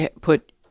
put